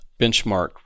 benchmark